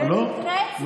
לא.